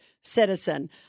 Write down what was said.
citizen